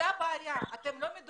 זו הבעיה, אתם לא מדויקים.